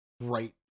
right